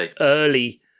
early